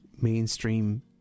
mainstream